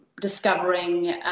discovering